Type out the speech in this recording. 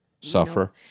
suffer